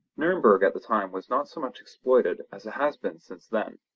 nurnberg at the time was not so much exploited as it has been since then.